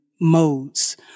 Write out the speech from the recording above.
modes